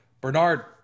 Bernard